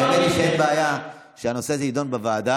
האמת היא שיש בעיה שהנושא הזה יידון בוועדה,